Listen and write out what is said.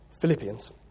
Philippians